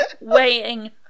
weighing